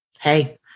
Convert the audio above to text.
hey